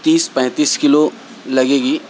تیس پینتیس کلو لگے گی